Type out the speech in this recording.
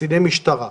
קציני משטרה,